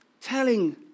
telling